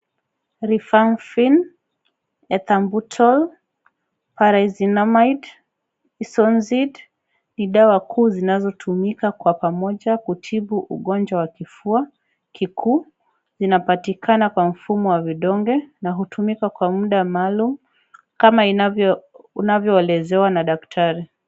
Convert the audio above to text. Rifan Finn, ethambu tol, paraizinamide, isonzid, ni dawa kuu zinazotumika kwa pamoja kutibu ugonjwa wa kifua, kikuu. Zinapatikana kwa mfumo wa vidonge na hutumika kwa muda maalum kama unavyoelezewa na daktari.